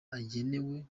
agenewe